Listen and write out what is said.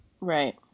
Right